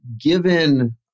given